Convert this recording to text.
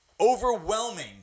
overwhelming